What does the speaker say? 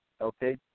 okay